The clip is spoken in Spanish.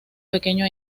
pequeño